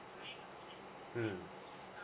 mm